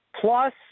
Plus